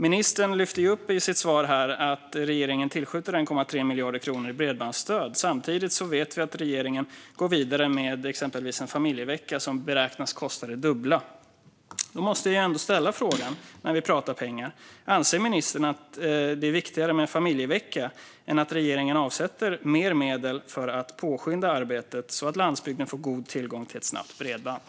Ministern lyfter i sitt svar upp att regeringen tillskjuter 1,3 miljarder kronor i bredbandsstöd. Samtidigt vet vi att regeringen går vidare med exempelvis en familjevecka som beräknas kosta det dubbla. Då måste jag ändå ställa frågan, när vi pratar pengar: Anser ministern att det är viktigare med en familjevecka än att avsätta mer medel för att påskynda arbetet så att landsbygden får god tillgång till ett snabbt bredband?